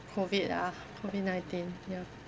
COVID ah COVID nineteen ya